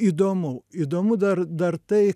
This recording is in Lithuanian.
įdomu įdomu dar dar tai